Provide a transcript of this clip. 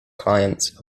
clients